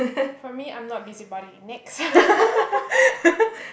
for me I'm not busybody next